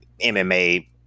MMA